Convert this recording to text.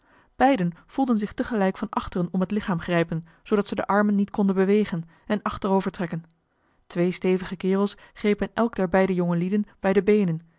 beiden voelden zich tegelijk van achteren om het lichaam grijpen zoodat ze de armen niet konden bewegen en achter over trekken twee stevige kerels grepen elk der beide jongelieden bij de beenen